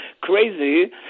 crazy